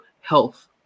health